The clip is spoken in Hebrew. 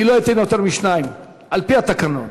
לא אתן ליותר משניים, על-פי התקנון.